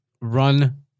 run